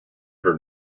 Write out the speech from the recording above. her